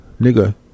nigga